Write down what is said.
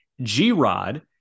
G-Rod